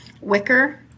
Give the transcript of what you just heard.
wicker